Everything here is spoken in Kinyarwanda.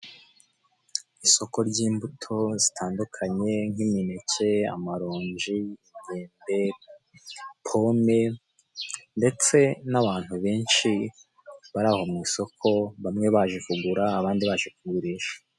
Isoko ry'imbuto zitandukanye nk'imineke, amaronji, imyembe, pome, ndetse n'abantu benshi baraho mw'isoko. Bamwe baje kugura, abandi baje kugurisha.